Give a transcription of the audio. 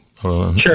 Sure